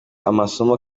amasomo